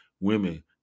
women